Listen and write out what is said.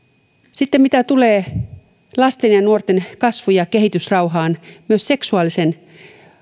sitten mitä tulee lasten ja nuorten kasvu ja kehitysrauhaan myös